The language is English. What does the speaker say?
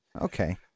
Okay